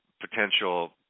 potential